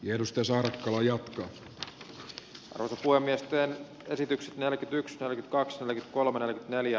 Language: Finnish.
edustus on kalajoki korotus voi myöskään esitykset järkytyksestään kaksonen kolme neljä